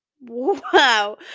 Wow